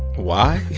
why.